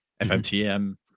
fmtm